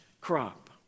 crop